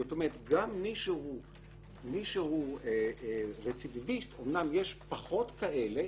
זאת אומרת גם מישהו רצידיביסט אמנם יש פחות כאלה